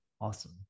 Awesome